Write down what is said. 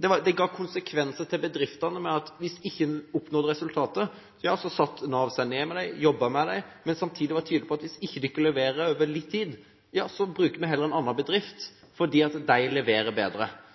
Det ga bedriftene den konsekvensen at hvis de ikke oppnådde resultater, så satte Nav seg ned med dem, jobbet med dem, samtidig som de var tydelige på at hvis de ikke leverte over litt tid, ville de heller bruke en annen bedrift